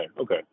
Okay